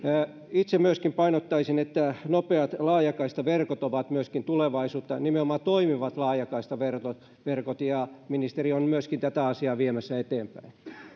itse myöskin painottaisin että nopeat laajakaistaverkot ovat myöskin tulevaisuutta ja nimenomaan toimivat laajakaistaverkot ja ministeri on myöskin tätä asiaa viemässä eteenpäin